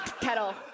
Kettle